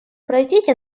пройдите